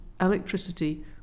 electricity